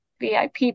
VIP